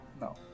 No